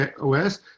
OS